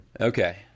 okay